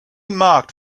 marked